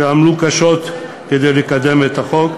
שעמלו קשות כדי לקדם את החוק: